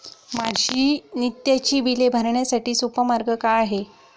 माझी नित्याची बिले भरण्यासाठी सोपा मार्ग काय आहे?